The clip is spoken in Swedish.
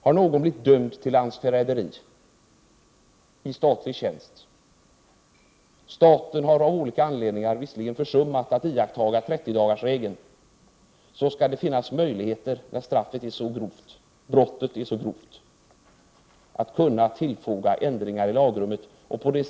Har någon i statlig tjänst blivit dömd för landsförräderi och staten av olika anledningar har försummat att iaktta 30-dagarsregeln, skall det finnas möjligheter att göra tillägg till lagrummet och på så sätt få en annan tingens ordning, då brottet är så grovt.